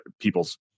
people's